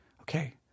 Okay